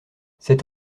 cet